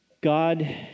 God